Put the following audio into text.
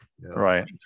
Right